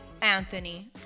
Anthony